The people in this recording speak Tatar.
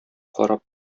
карап